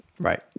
Right